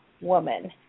Woman